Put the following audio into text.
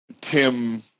Tim